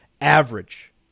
Average